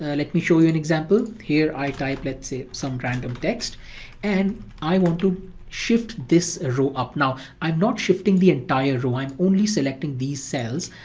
ah let me show you an example. here i type, let's say, some random text and i want to shift this row up. now, i'm not shifting the entire row, i'm only selecting these cells.